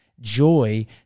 joy